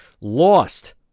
Lost